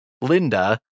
Linda